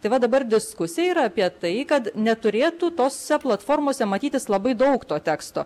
tai va dabar diskusija yra apie tai kad neturėtų tose platformose matytis labai daug to teksto